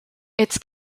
its